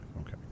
okay